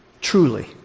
truly